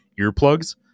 Earplugs